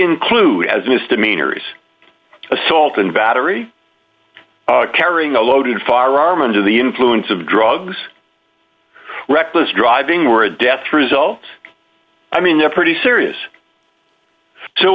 include as misdemeanors assault and battery carrying a loaded firearm into the influence of drugs reckless driving or a death result i mean they're pretty serious too